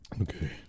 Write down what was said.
okay